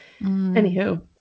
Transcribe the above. Anywho